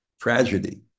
tragedy